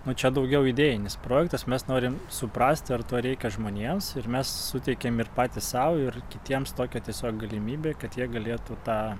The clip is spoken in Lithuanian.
na čia daugiau idėjinis projektas mes norim suprast ar to reikia žmonėms ir mes suteikėm ir patys sau ir kitiems tokią tiesiog galimybę kad jie galėtų tą